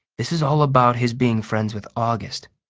this is all about his being friends with august.